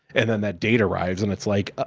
and then that date arrives and it's like, ah